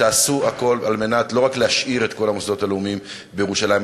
תעשו הכול לא רק כדי להשאיר את כל המוסדות הלאומיים בירושלים,